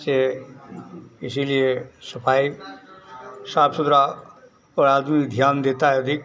से इसीलिए सफाई साफ सुथरा पर आदमी ध्यान देता है अधिक